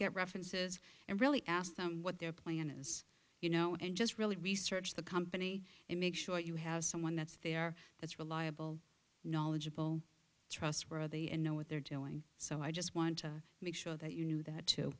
get references and really ask them what their plan is you know and just really research the company and make sure you have someone that's there that's reliable knowledgeable trustworthy and know what they're doing so i just want to make sure that you knew that to